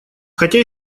хотя